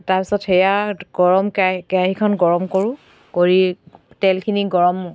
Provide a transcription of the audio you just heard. তাৰপাছত সেয়া গৰম কেৰা কেৰাহিখন গৰম কৰোঁ কৰি তেলখিনি গৰম